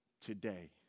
today